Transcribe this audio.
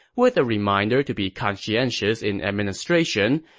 with a reminder to be conscientious in administration,